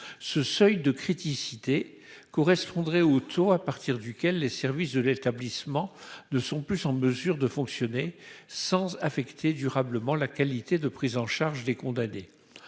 Ce « seuil de criticité » correspondrait au taux « à partir duquel les services de l'établissement ne sont plus en mesure de fonctionner sans affecter durablement la qualité de la prise en charge des condamnés